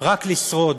רק לשרוד,